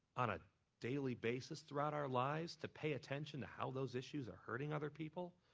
on a daily basis throughout our lives to pay attention to how those issues are hurting other people?